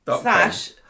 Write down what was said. Slash